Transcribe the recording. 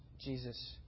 Jesus